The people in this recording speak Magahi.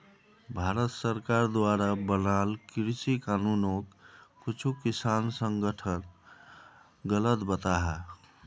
भारत सरकार द्वारा बनाल कृषि कानूनोक कुछु किसान संघठन गलत बताहा